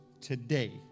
today